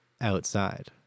outside